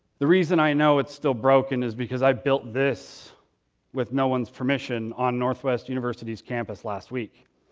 the reason i know it's still broken is because i built this with no one's permission on northwest university's campus last week.